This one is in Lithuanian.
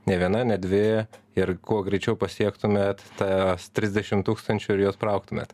ne viena ne dvi ir kuo greičiau pasiektumėt tą trisdešim tūkstančių ir juos praaugtumėt